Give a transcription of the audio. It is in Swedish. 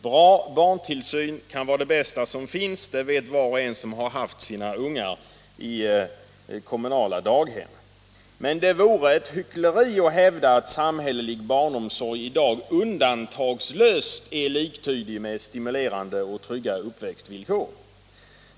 Bra barntillsyn kan vara det bästa som finns — det vet var och en som haft sina ungar i kommunala daghem. Men det vore ett hyckleri att hävda att samhällelig barnomsorg i dag undantagslöst är liktydig med stimulerande och trygga uppväxtvillkor.